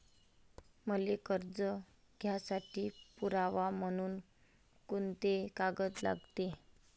मले कर्ज घ्यासाठी पुरावा म्हनून कुंते कागद लागते?